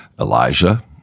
Elijah